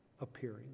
appearing